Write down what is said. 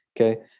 okay